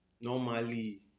normally